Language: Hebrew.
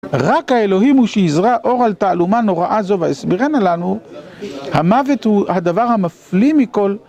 רק האלוהים הוא שיזרע אור על תעלומה נוראה זו ויסבירנה לנו, המוות הוא הדבר המפליא מכל